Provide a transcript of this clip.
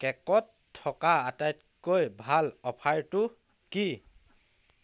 কে'কত থকা আটাইতকৈ ভাল অ'ফাৰটো কি